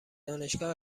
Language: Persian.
دانشگاه